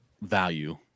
value